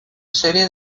serie